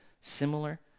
similar